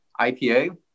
IPA